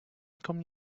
come